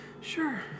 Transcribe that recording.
Sure